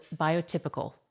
Biotypical